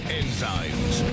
enzymes